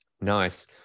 Nice